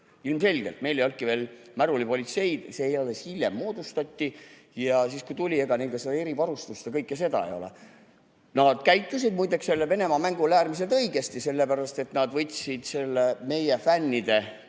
olnud. Meil ei olnudki veel märulipolitseid, see alles hiljem moodustati ja siis kui tuli, ega neil ka erivarustust ja kõike seda ei olnud. Nad käitusid muideks sellel Venemaa mängul äärmiselt õigesti, sellepärast et nad võtsid meie fännide